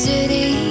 City